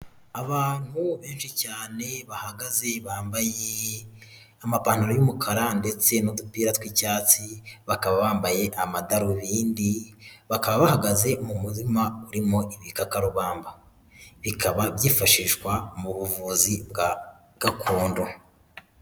Abantu benshi cyane bahagaze bambaye amapantaro y'umukara ndetse n'udupira tw'icyatsi bakaba bambaye amadarubindi, bakaba bahagaze mu murima urimo ibikakarubamba, bikaba byifashishwa mu buvuzi bwa gakondo.